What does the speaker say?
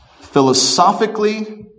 philosophically